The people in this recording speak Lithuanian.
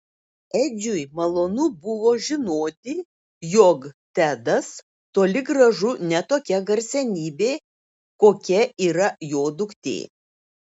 edžiui malonu buvo žinoti jog tedas toli gražu ne tokia garsenybė kokia yra jo duktė